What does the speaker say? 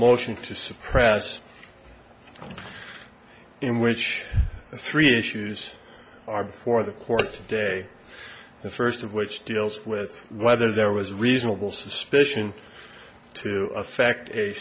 motion to suppress in which three issues are before the court today the first of which deals with whether there was reasonable suspicion to effect a